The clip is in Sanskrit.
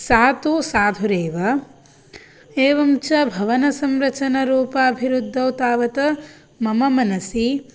सा तु साधुरेव एवं च भवनसंरचनरूपाभिवृद्धौ तावत् मम मनसि